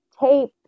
tape